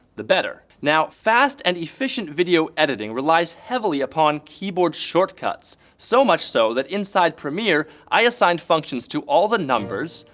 the better now, fast and efficient video editing relies heavily upon keyboard shortcuts so much so that inside premiere, i assigned functions to all the numbers.